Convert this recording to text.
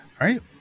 right